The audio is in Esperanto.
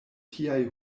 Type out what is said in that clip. tiaj